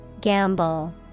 Gamble